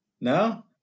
no